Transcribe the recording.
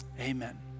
Amen